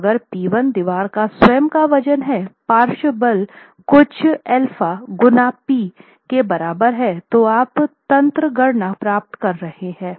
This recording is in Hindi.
तो अगर P1 दीवार का स्वयं का वजन है पार्श्व बल कुछ α गुना P के बराबर है तो आप तंत्र गठन प्राप्त कर रहे हैं